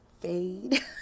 Fade